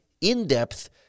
in-depth